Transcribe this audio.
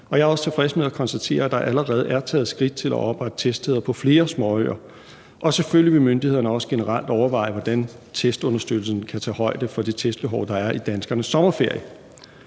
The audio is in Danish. også tilfreds med at konstatere, at der allerede er taget skridt til at oprette teststeder på flere småøer. Selvfølgelig vil myndighederne også generelt overveje, hvordan testunderstøttelsen kan tage højde for det testbehov, der er i danskernes sommerferie.